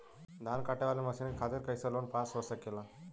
धान कांटेवाली मशीन के खातीर कैसे लोन पास हो सकेला?